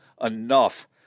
enough